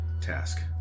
task